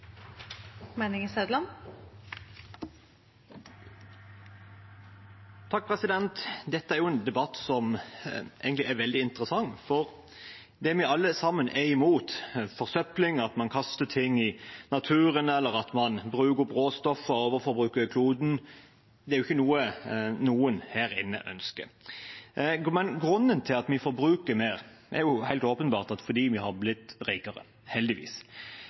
veldig interessant, for vi er alle sammen imot forsøpling, at man kaster ting i naturen, eller at man bruker opp råstoff og overforbruker kloden. Det er ikke noe noen her inne ønsker. Grunnen til at vi forbruker mer, er helt åpenbart at vi er blitt rikere – heldigvis.